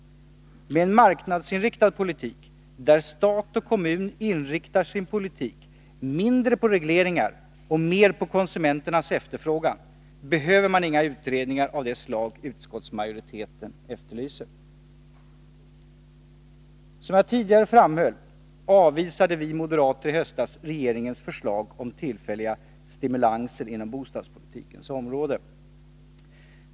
Med en marknadsinriktad politik, där stat och kommun inriktar sin politik mindre på regleringar och mer på konsumenternas efterfrågan, behöver man inga utredningar av det slag utskottsmajoriteten efterlyser. Som jag tidigare framhöll avvisade vi moderater i höstas regeringens förslag om tillfälliga stimulanser inom bostadspolitikens område.